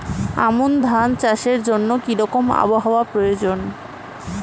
আমন ধান চাষের জন্য কি রকম আবহাওয়া প্রয়োজন?